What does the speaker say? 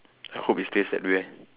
I hope it stays that way